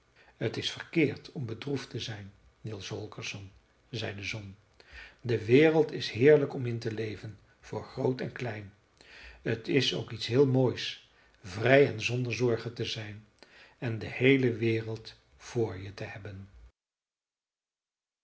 t is verkeerd om bedroefd te zijn niels holgersson zei de zon de wereld is heerlijk om in te leven voor groot en klein t is ook iets heel moois vrij en zonder zorgen te zijn en de heele wereld voor je te hebben